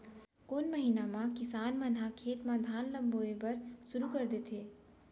कोन महीना मा किसान मन ह खेत म धान ला बोये बर शुरू कर देथे?